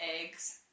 eggs